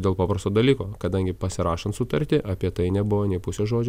dėl paprasto dalyko kadangi pasirašant sutartį apie tai nebuvo nei pusės žodžio